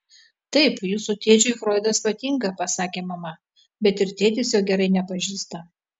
taip jūsų tėčiui froidas patinka pasakė mama bet ir tėtis jo gerai nepažįsta